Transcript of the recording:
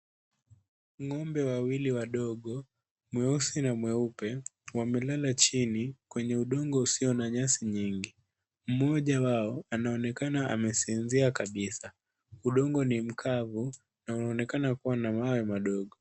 Ng'ombe wawili wadogo, mweusi na mweupe wamekala chini kwenye udongo usio na nyasi nyingi. Mmoja wao anaonekana amesinzia kabisa. Udongo ni mkavu na unaonekana kuwa na mawe madogo.